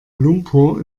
lumpur